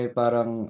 parang